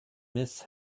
miss